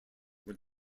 went